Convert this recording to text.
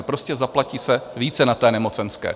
Prostě zaplatí se více na té nemocenské.